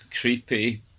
Creepy